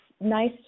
nice